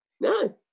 No